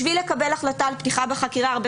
בשביל לקבל החלטה על פתיחה בחקירה הרבה